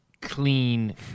clean